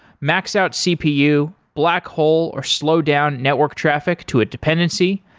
max out cpu, black hole or slow down network traffic to a dependency.